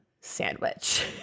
sandwich